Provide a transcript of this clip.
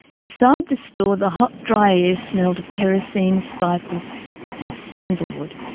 inside the store, the hot, dry air smelled of kerosene, spices and sandalwood.